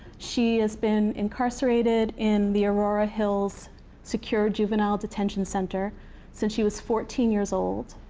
she has been incarcerated in the aurora hills secure juvenile detention center since she was fourteen years old.